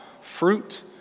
fruit